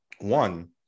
one